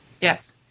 Yes